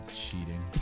cheating